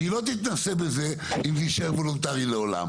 והיא לא תתנסה בזה אם זה יישאר וולונטרי לעולם